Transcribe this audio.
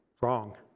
wrong